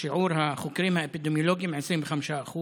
שיעור החוקרים האפידמיולוגיים, 25%,